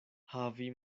havi